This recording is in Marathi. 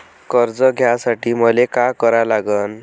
कर्ज घ्यासाठी मले का करा लागन?